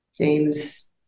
James